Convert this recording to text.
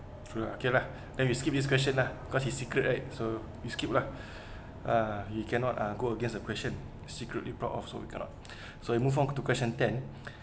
okay lah then we skip this question lah cause it's secret right so we skip lah ah you cannot uh go against the question secretly proud of so we cannot so we move on to question ten